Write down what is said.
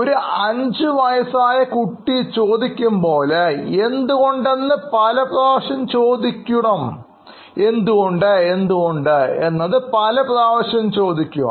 ഒരു അഞ്ചു വയസ്സായ കുട്ടി ചോദിക്കുമ്പോലെ എന്തുകൊണ്ടെന്ന് പലപ്രാവശ്യം ചോദിക്കു